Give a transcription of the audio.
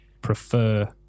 prefer